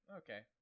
okay